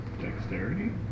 dexterity